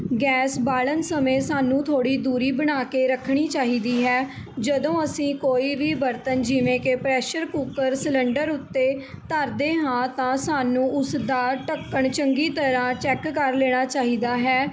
gas ਬਾਲ਼ਣ ਸਮੇਂ ਸਾਨੂੰ ਥੋੜ੍ਹੀ ਦੂਰੀ ਬਣਾ ਕੇ ਰੱਖਣੀ ਚਾਹੀਦੀ ਹੈ ਜਦੋਂ ਅਸੀਂ ਕੋਈ ਵੀ ਬਰਤਨ ਜਿਵੇਂ ਕਿ ਪ੍ਰੈਸ਼ਰ ਕੂਕਰ ਸਿਲੰਡਰ ਉੱਤੇ ਧਰਦੇ ਹਾਂ ਤਾਂ ਸਾਨੂੰ ਉਸ ਦਾ ਢੱਕਣ ਚੰਗੀ ਤਰ੍ਹਾਂ ਚੈੱਕ ਕਰ ਲੈਣਾ ਚਾਹੀਦਾ ਹੈ